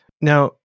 Now